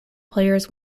players